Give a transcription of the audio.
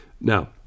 Now